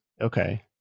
Okay